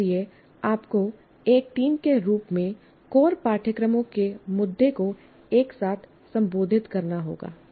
इसलिए आपको एक टीम के रूप में कोर पाठ्यक्रमों के मुद्दे को एक साथ संबोधित करना होगा